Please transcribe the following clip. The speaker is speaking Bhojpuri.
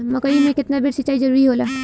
मकई मे केतना बेर सीचाई जरूरी होला?